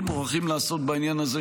זה לא קנון פה.